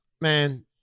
Man